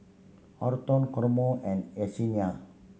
Horton Kamron and Yesenia